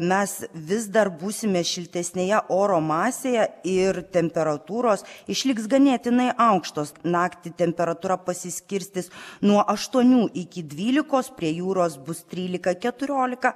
mes vis dar būsime šiltesnėje oro masėje ir temperatūros išliks ganėtinai aukštos naktį temperatūra pasiskirstys nuo aštuonių iki dvylikos prie jūros bus trylika keturiolika